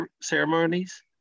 ceremonies